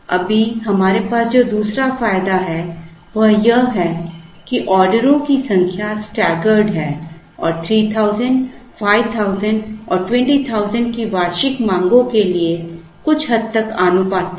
अभी हमारे पास जो दूसरा फायदा है वह यह है कि ऑर्डरों की संख्या स्टैगर्ड है और 3000 5000 और 20000 की वार्षिक मांगों के लिए कुछ हद तक आनुपातिक है